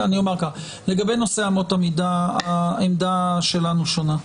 לגבי נושא אמות המידה - העמדה שלנו שונה.